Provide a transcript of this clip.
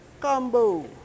combo